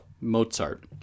Mozart